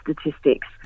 statistics